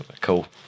Cool